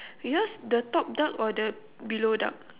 yours the top duck or the below duck